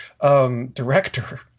director